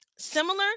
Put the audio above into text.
similar